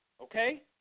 okay